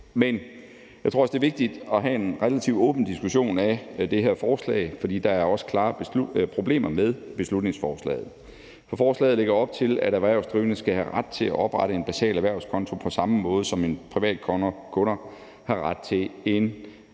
Men jeg tror også, det er vigtigt at have en relativt åben diskussion af det her forslag, for der er også klare problemer med beslutningsforslaget. For forslaget lægger op til, at erhvervsdrivende skal have ret til at oprette en basal erhvervskonto på samme måde, som privatkunder har ret til en basal indlånskonto.